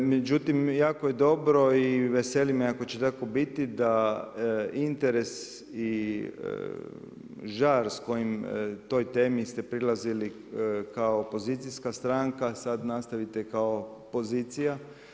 Međutim, jako je dobro i veseli me ako će tako biti ako interes i žar s kojim toj temi ste prilazili kao opozicijska stranka, sada nastavite kao pozicija.